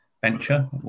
venture